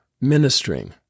Ministering